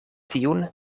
tiun